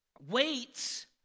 weights